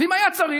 ואם היה צריך,